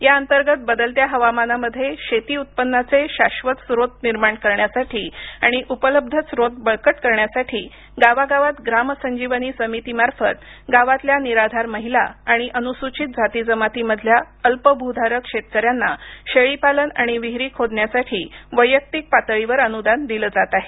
या अंतर्गत बदलत्या हवामानामध्ये शेती उत्पन्नाचे शाश्वत स्रोत निर्माण करण्यासाठी आणि उपलब्ध स्रोत बळकट करण्यासाठी गावागावात ग्राम संजीवनी समिती मार्फत गावातल्या निराधार महिला आणि अनुसूचित जाती जमातीमधल्या अल्पभूधारक शेतकऱ्यांना शेळीपालन आणि विहिरी खोदण्यासाठी वैयक्तिक पातळीवर अनुदान दिलं जात आहे